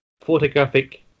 Photographic